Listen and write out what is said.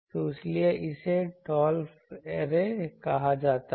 तो इसीलिए इसे डॉल्फ्स ऐरे कहा जाता है